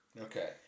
Okay